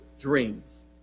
dreams